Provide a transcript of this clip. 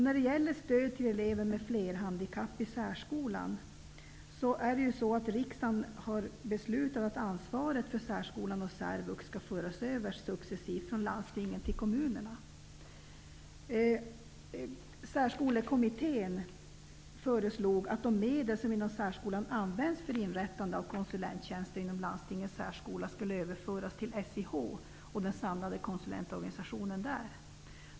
När det gäller stöd till elever med flerhandikapp i särskolan har riksdagen beslutat att ansvaret för särskolan och särvux successivt skall föras över från landstingen till kommunerna. Särskolekommittén föreslog att de medel som används inom särskolan för inrättande av konsulenttjänster inom landstingens särskola skulle överföras till SIH och den samlade konsulentorganisationen där.